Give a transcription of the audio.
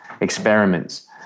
experiments